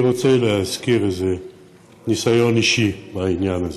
אני רוצה להזכיר ניסיון אישי בעניין הזה.